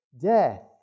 death